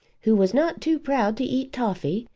who was not too proud to eat toffy,